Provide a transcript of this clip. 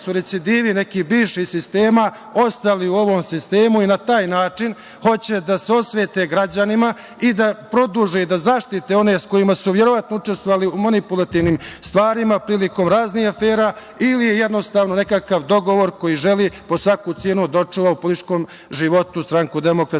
su recidivi neki bivših sistema ostali u ovom sistemu i na taj način hoće da se osvete građanima i da produže, da zaštite one sa kojima su verovatno učestvovali u manipulativnim stvarima prilikom raznih afera ili je, jednostavno, nekakav dogovor koji želi po svaku cenu da očuva u političkom životu Stranku demokratske